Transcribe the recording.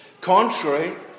Contrary